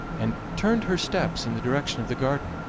and turned her steps in the direction of the garden.